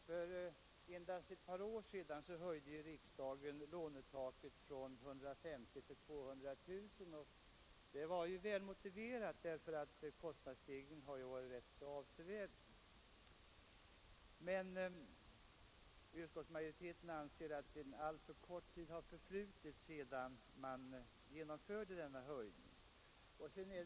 För endast ett par år 43 sedan höjde riksdagen lånetaket från 150 000 till 200 000 kronor, och det var väl motiverat eftersom kostnadsstegringen varit avsevärd. Utskottsmajoriteten anser nu att alltför kort tid har förflutit sedan man genomförde denna höjning.